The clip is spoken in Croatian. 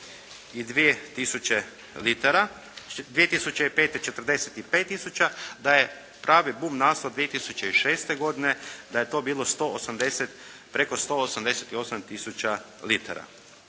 tisuće litara, 2005. 45 tisuća, da je pravi bum nastao 2006. godine, da je to bilo preko 180 tisuća